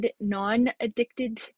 non-addicted